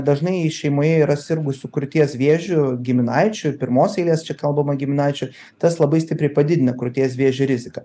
dažnai šeimoje yra sirgusių krūties vėžiu giminaičių pirmos eilės čia kalbama giminaičių tas labai stipriai padidina krūties vėžio riziką